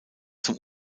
zum